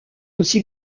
aussi